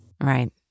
Right